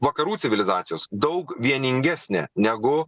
vakarų civilizacijos daug vieningesnė negu